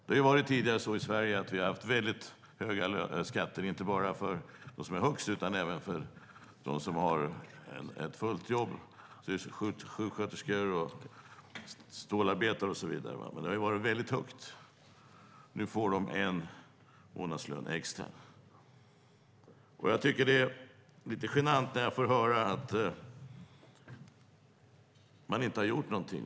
I Sverige har vi tidigare haft höga skatter, inte bara för dem som har högst lön utan även för dem som jobbar som sjuksköterskor och stålarbetare och så vidare. Det har varit väldigt högt. Nu får de en månadslön extra. Det är genant att höra att man inte har gjort någonting.